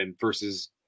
versus